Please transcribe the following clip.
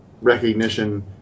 recognition